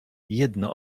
jedno